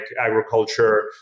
agriculture